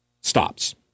stops